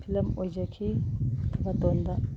film ꯑꯣꯏꯖꯈꯤ ꯊꯕꯥꯇꯣꯟꯗ